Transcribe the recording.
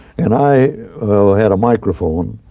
and i had a microphone,